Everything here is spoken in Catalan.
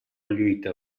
lluita